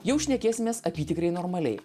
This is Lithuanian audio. jau šnekėsimės apytikriai normaliai